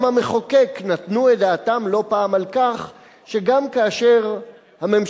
גם המחוקק נתנו את דעתם לא פעם אחת על כך שגם כאשר הממשלה,